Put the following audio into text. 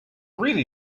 really